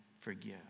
forgive